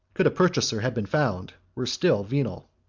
could a purchaser have been found, were still venal.